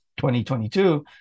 2022